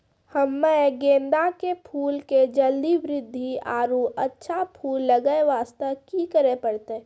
हम्मे गेंदा के फूल के जल्दी बृद्धि आरु अच्छा फूल लगय वास्ते की करे परतै?